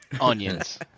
onions